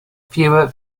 fewer